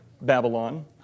Babylon